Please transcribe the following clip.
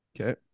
Okay